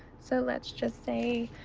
so let's just say,